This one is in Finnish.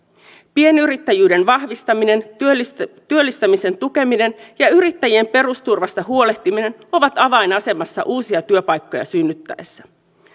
pienyrittäjyyden vahvistaminen työllistämisen työllistämisen tukeminen ja yrittäjien perusturvasta huolehtiminen ovat avainasemassa uusia työpaikkoja synnytettäessä